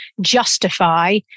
justify